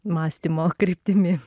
mąstymo kryptimi